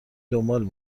دنبال